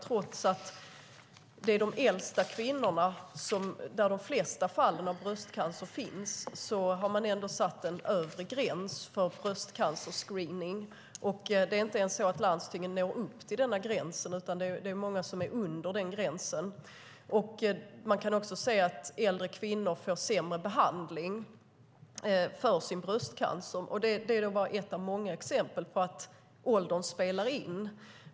Trots att de flesta fallen av bröstcancer finns hos de äldsta kvinnorna har man satt en övre gräns för bröstcancerscreening. Det är inte ens så att landstingen når upp till denna gräns, utan det är många som är under den gränsen. Man kan också se att äldre kvinnor får sämre behandling för sin bröstcancer. Det är bara ett av många exempel på att åldern spelar in.